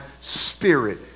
spirit